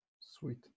sweet